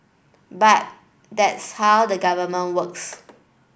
but that's how the Government works